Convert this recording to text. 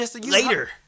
later